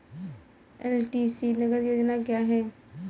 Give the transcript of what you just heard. LTC नगद योजना क्या है?